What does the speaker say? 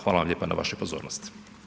Hvala vam lijepa na vašoj pozornosti.